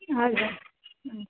हजुर हुन्छ